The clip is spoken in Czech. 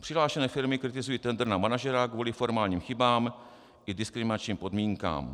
Přihlášené firmy kritizují tendr na manažera kvůli formálním chybám i diskriminačním podmínkám.